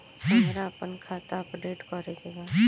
हमरा आपन खाता अपडेट करे के बा